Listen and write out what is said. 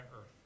Earth